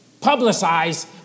publicize